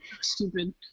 Stupid